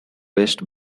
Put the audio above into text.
west